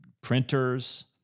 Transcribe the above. printers